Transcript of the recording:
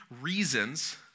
reasons